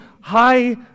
high